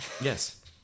Yes